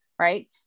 right